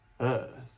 Earth